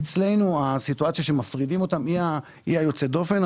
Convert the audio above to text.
אצלנו הסיטואציה שמפרידים אותם, היא היוצאת דופן.